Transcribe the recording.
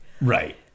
Right